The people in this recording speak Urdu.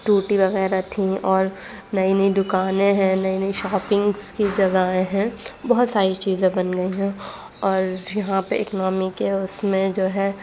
ٹوٹی وغیرہ تھیں اور نئی نئی دکانیں ہیں نئی نئی شاپنگس کی جگہیں ہیں بہت ساری چیزیں بن گئی ہیں اور یہاں پہ اکنامی کے اس میں جو ہے